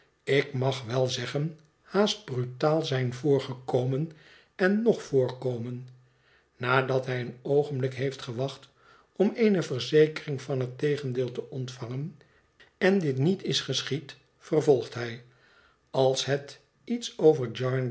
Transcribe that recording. ik mag wel zeggen haast brutaal zijn voorgekomen en nog voorkomen nadat hij een oogenblik heeft gewacht om eene verzekering van het tegendeel te ontvangen en dit niet is geschied vervolgt hij als het iets over